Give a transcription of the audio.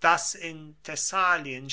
das in thessalien